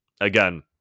Again